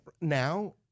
now